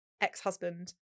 ex-husband